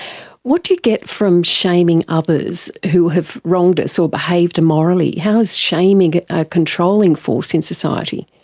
what do you get from shaming others who have wronged us or behaved immorally? how is shaming a controlling force in society?